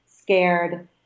scared